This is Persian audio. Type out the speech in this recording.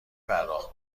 پرداخت